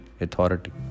authority